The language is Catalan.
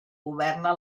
governa